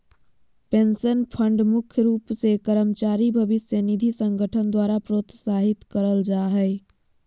pension fund मुख्य रूप से कर्मचारी भविष्य निधि संगठन द्वारा प्रोत्साहित करल जा हय